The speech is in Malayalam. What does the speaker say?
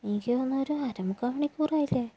എനിക്ക് തോന്നുന്നു ഒരു അര മുക്കാൽ മണിക്കൂര് ആയില്ലേ